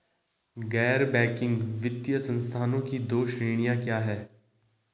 गैर बैंकिंग वित्तीय संस्थानों की दो श्रेणियाँ क्या हैं?